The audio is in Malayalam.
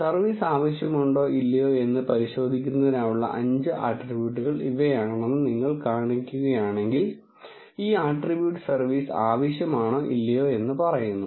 സർവീസ് ആവശ്യമുണ്ടോ ഇല്ലയോ എന്ന് പരിശോധിക്കുന്നതിനായുള്ള അഞ്ച് ആട്രിബ്യൂട്ടുകൾ ഇവയാണെന്ന് നിങ്ങൾ കാണുകയാണെങ്കിൽ ഈ ആട്രിബ്യൂട്ട് സർവീസ് ആവശ്യമാണോ ഇല്ലയോ എന്ന് പറയുന്നു